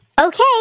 Okay